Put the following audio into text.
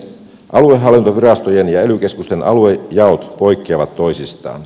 aluehallintovirastojen ja ely keskusten aluejaot poikkeavat toisistaan